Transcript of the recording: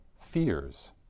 fears